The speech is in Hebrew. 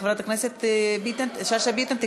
יש לנו הצעה של חברת הכנסת יפעת שאשא ביטון שהוצמדה להצעה הזאת.